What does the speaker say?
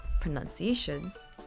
pronunciations